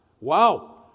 Wow